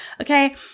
Okay